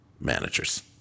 managers